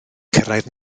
cyrraedd